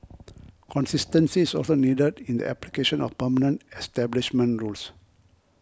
consistency is also needed in the application of permanent establishment rules